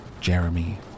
Jeremy